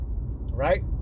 right